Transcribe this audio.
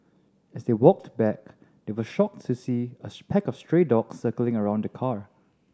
as they walked back they were shocked to see a pack of stray dogs circling around the car